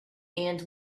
and